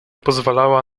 pozwalała